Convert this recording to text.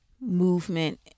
movement